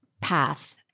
path